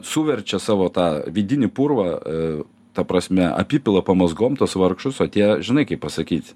suverčia savo tą vidinį purvą ta prasme apipila pamazgom tuos vargšus o tie žinai kaip pasakyt